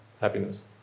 Happiness